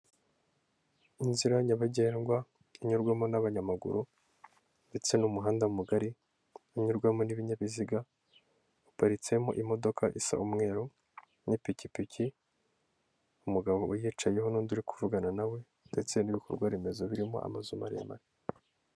Inzira nyabagendwa inyurwamo n'abanyamaguru ndetse n'umuhanda mugari unyurwamo n'ibinyabiziga uparitsemo imodoka isa umweru n'ipikipiki umugabo uyicayeho n'undi uri kuvugana na we ndetse n'ibikorwa remezo birimo amazu maremare.